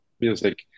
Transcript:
music